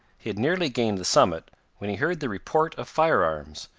he had nearly gained the summit when he heard the report of firearms,